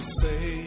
say